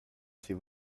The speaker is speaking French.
ces